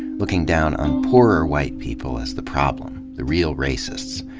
looking down on poorer white people as the problem, the real racists.